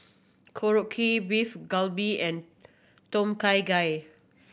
Korokke Beef Galbi and Tom Kha Gai